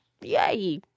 Yay